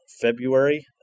February